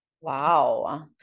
Wow